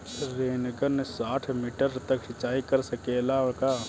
Rain gun साठ metre तक सिचाई कर सकेला का?